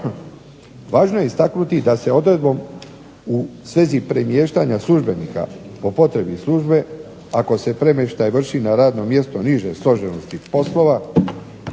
Važno je istaknuti da se odredbom u svezi premještanja službenika po potrebi službe ako se premještaj vrši na radno mjesto niže složenosti poslova